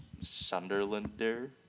Sunderlander